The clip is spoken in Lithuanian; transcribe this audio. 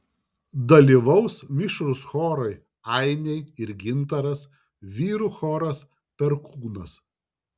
dalyvaus mišrūs chorai ainiai ir gintaras vyrų choras perkūnas